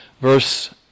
verse